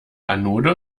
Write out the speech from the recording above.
anode